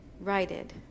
righted